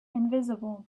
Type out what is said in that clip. invisible